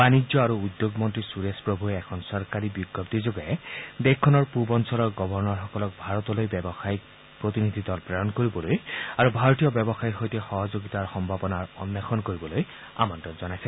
বাণিজ্য আৰু উদ্যোগ মন্ত্ৰী সূৰেশ প্ৰভূৱে এখন চৰকাৰী বিজ্ঞপ্তিযোগে দেশখনৰ পূৱ অঞ্চলৰ গৱৰ্ণৰসকলক ভাৰতলৈ ব্যৱসায়ীক প্ৰতিনিধি দল প্লেৰণ কৰিবলৈ আৰু ভাৰতীয় ব্যৱসায়ীৰ সৈতে সহযোগিতাৰ সম্ভাবনাৰ অন্বেষণ কৰিবলৈ আমন্ত্ৰণ জনাইছে